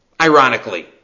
Ironically